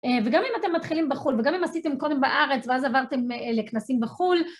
וגם אם אתם מתחילים בחו"ל, וגם אם עשיתם קודם בארץ ואז עברתם לכנסים בחו"ל...